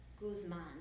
Guzman